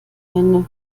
keine